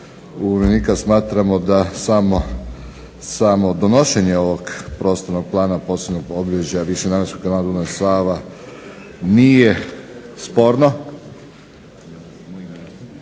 HNS-HSU-a smatramo da samo donošenje ovog Prostornog plana područja posebnih obilježja višenamjenskog kanala Dunav-Sava nije sporno